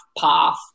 path